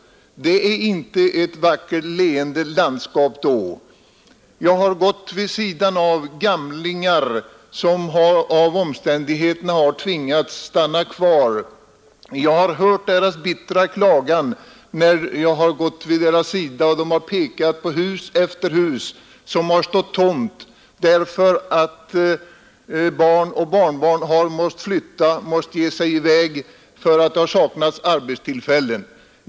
Det är inte ett vackert leende landskap då. Jag har gått vid sidan av gamlingar som av omständigheterna tvingats stanna kvar. Jag har hört deras bittra klagan när de pekat på hus efter hus som stått tomma därför att barn och barnbarn måst flytta på grund av att det saknats arbetstillfällen.